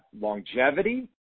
longevity